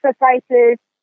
exercises